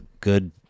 good